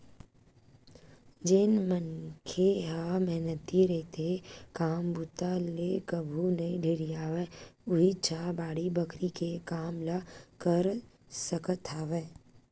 जेन मनखे ह मेहनती रहिथे, काम बूता ले कभू नइ ढेरियावय उहींच ह बाड़ी बखरी के काम ल कर सकत हवय